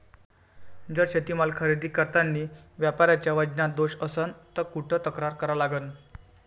जर शेतीमाल खरेदी करतांनी व्यापाऱ्याच्या वजनात दोष असन त कुठ तक्रार करा लागन?